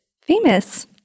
famous